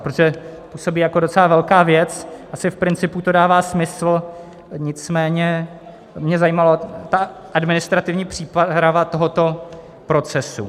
Protože působí jako docela velká věc, asi v principu to dává smysl, nicméně by mě zajímala ta administrativní příprava tohoto procesu.